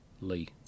Lee